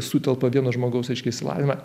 sutelpa vieno žmogaus reiškia išsilavinimą